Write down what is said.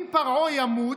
אם פרעה ימות,